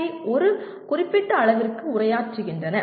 வை ஒரு குறிப்பிட்ட அளவிற்கு உரையாற்றுகின்றன